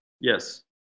Yes